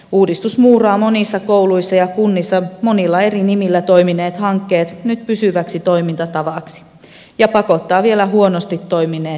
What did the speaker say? uudistus muuraa monissa kouluissa ja kunnissa monilla eri nimillä toimineet hankkeet nyt pysyväksi toimintatavaksi ja pakottaa vielä huonosti toimineet liikkeelle